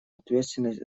ответственность